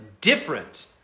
different